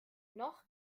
noch